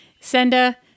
Senda